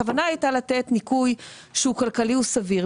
הכוונה הייתה לתת ניכוי שהוא כלכלי וסביר.